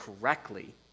correctly